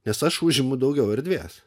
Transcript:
nes aš užimu daugiau erdvės